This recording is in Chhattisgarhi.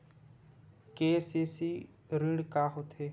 के.सी.सी ऋण का होथे?